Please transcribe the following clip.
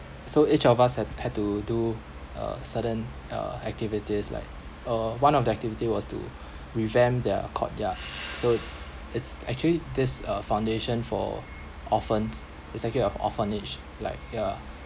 so each of us had had to do a certain uh activities like uh one of the activity was to revamp their courtyard so it's actually this uh foundation for orphans it's actually of orphanage like ya